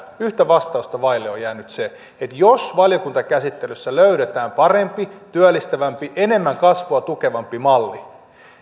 ja yhtä vastausta vaille on on jäänyt jos valiokuntakäsittelyssä löydetään parempi työllistävämpi enemmän kasvua tukeva malli